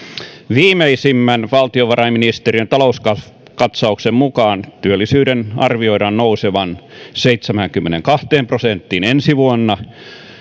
viimeisimmän valtiovarainministeriön talouskatsauksen mukaan työllisyyden arvioidaan nousevan seitsemäänkymmeneenkahteen prosenttiin ensi vuonna